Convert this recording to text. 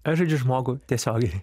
aš žaidžiu žmogų tiesiogiai